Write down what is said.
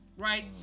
right